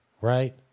right